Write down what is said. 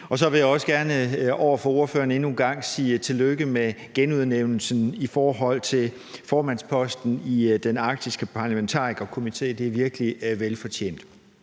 Jeg vil også gerne over for ordføreren endnu en gang sige tillykke med genudnævnelsen til formandsposten i Den Arktiske Parlamentariker Komite – det er virkelig velfortjent.